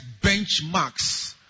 benchmarks